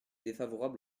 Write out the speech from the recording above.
défavorable